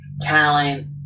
talent